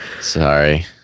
Sorry